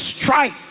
strike